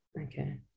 okay